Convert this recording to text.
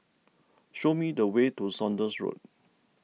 show me the way to Saunders Road